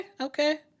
okay